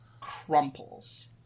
crumples